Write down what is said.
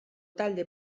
talde